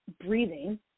breathing